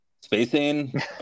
spacing